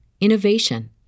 innovation